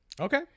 okay